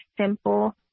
simple